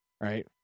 right